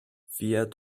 fiat